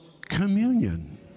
communion